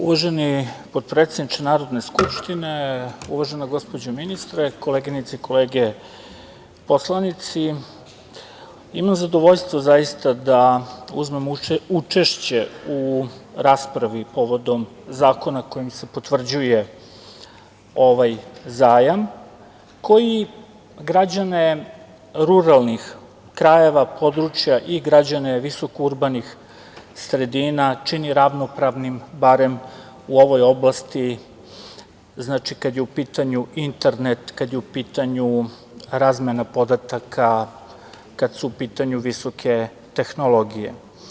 Uvaženi potpredsedniče Narodne skupštine, uvažene koleginice i kolege poslanici, imam zadovoljstvo da uzmem učešće u raspravi povodom zakona kojim se potvrđuje ovaj zajam koji građane ruralnih krajeva, područja i građane visoko urbanih sredina čini ravnopravnim, barem u ovoj oblasti kada je u pitanju internet, kada je u pitanju razmene podataka, kada su u pitanju visoke tehnologije.